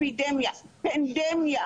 אפידמיה, פנדמיה